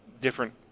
different